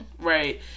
Right